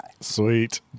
Sweet